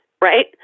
Right